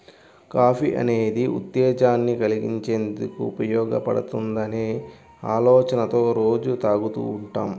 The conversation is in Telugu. కాఫీ అనేది ఉత్తేజాన్ని కల్గించేందుకు ఉపయోగపడుతుందనే ఆలోచనతో రోజూ తాగుతూ ఉంటాం